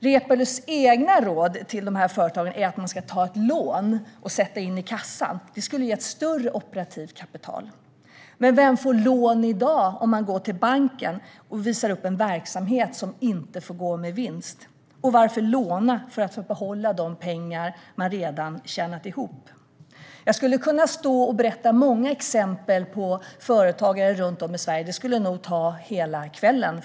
Reepalus eget råd till dessa företag är att de ska ta ett lån och sätta in i kassan, vilket skulle ge ett större operativt kapital. Men vem får lån i dag om man går till banken och visar upp en verksamhet som inte får gå med vinst? Och varför ska man låna för att få behålla de pengar man redan har tjänat ihop? Jag skulle kunna stå här och ge många exempel på sådana här företagare runt om i Sverige, men det skulle nog ta hela kvällen.